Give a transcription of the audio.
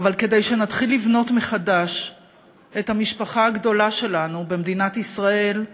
אבל כדי שנתחיל לבנות מחדש את המשפחה הגדולה שלנו במדינת ישראל,